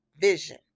vision